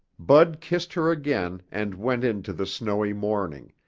bud kissed her again and went into the snowy morning,